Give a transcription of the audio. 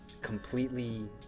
completely